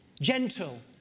gentle